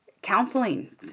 counseling